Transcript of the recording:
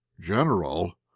General